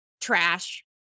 trash